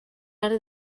arc